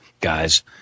guys